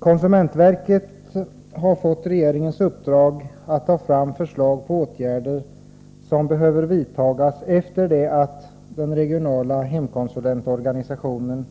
Konsumentverket har fått regeringens uppdrag att ta fram förslag till åtgärder som behöver vidtas efter det att den regionala hemkonsulentorganisationen